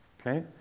Okay